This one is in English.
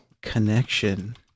Connection